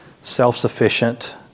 self-sufficient